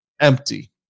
empty